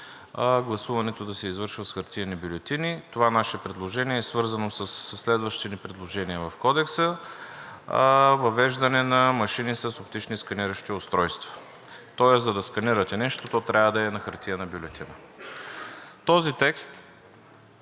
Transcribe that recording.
гласуването да се извършва с хартиени бюлетини. Това наше предложение е свързано със следващите ни предложения в Кодекса – въвеждане на машини с оптични сканиращи устройства. Тоест, за да сканирате нещо, то трябва да е на хартиена бюлетина. Този текст